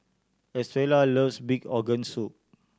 Estrella loves pig organ soup